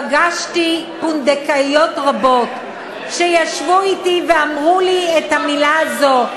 פגשתי פונדקאיות רבות שישבו אתי ואמרו לי את המילה הזאת: